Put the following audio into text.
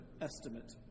estimate